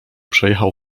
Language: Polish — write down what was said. przejechał